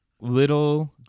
little